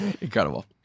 Incredible